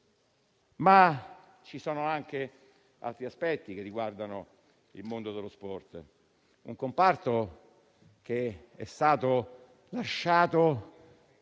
Ci sono anche altri aspetti che riguardano il mondo dello sport, un comparto che è stato lasciato